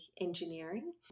engineering